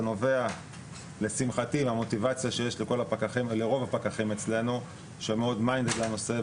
זה נובע לשמחתי מהמוטיבציה שיש לרוב הפקחים אצלנו שמאוד "minded" לנושא,